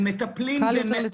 קל יותר לטיפול?